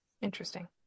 Interesting